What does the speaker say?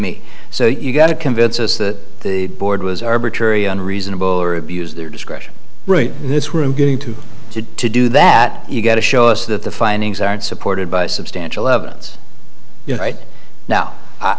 me so you've got to convince us that the board was arbitrary and reasonable or abuse their discretion in this room getting to to to do that you get to show us that the findings aren't supported by substantial evidence right now i